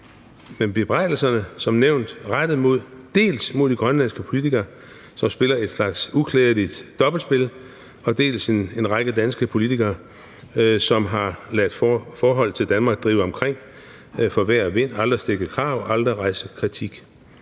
Bebrejdelserne er som nævnt rettet dels mod de grønlandske politikere, som spiller en slags uklædeligt dobbeltspil, dels en række danske politikere, som har ladet forholdet til Danmark drive omkring for vejr og vind, aldrig stillet krav, aldrig rejst kritik